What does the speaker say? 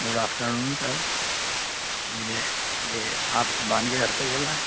good afternoon sir یہ یہ آپ کے گھر سے بول رہے ہیں